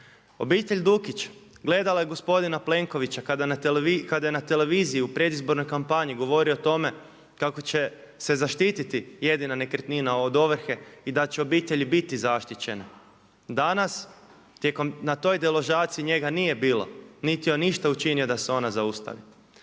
Obitelj Dukić gledala je gospodina Plenkovića kada je na televiziji u predizbornoj kampanji govorio o tome kako će se zaštiti jedina nekretnina od ovrhe i da će obitelji biti zaštićene. Danas na toj deložaciji njega nije bilo, niti je on išta učinio da se ona zaustavi.